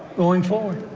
going forward.